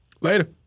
Later